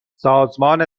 سازمان